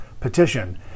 petition